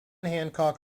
hancock